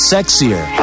Sexier